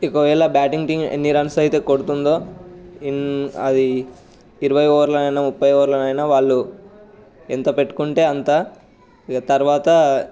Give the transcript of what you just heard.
ఒకవేళ batting team ఎన్ని runs అయితే కొడుతుందో అది ఇరవై ఓవర్లైన ముప్పై ఓవర్లైనా వాళ్లు ఎంత పెట్టుకుంటే అంత ఇక తర్వాత